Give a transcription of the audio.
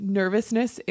nervousness